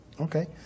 Okay